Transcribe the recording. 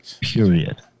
Period